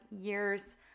years